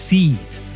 Seeds